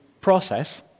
process